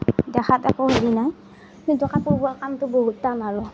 দেখাত একো হেৰি নাই কিন্তু কাপোৰবোৱা কামটো বহুত টান আৰু